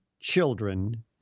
children